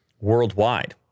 worldwide